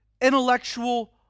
intellectual